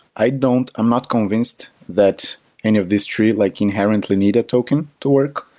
i don't i'm not convinced that any of this three like inherently need a token to work,